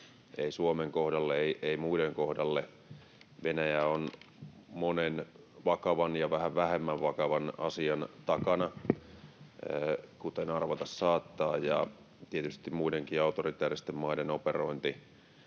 ei Suomen kohdalla, ei muiden kohdalla. Venäjä on monen vakavan ja vähän vähemmän vakavan asian takana, kuten arvata saattaa, ja tietysti muidenkin autoritääristen maiden operointi